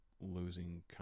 losing